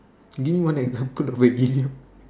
give me one example of a idiom